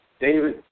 David